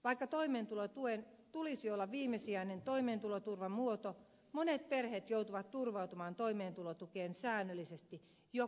vaikka toimeentulotuen tulisi olla viimesijainen toimeentuloturvan muoto monet perheet joutuvat turvautumaan toimeentulotukeen säännöllisesti joka kuukausi